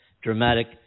dramatic